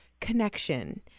connection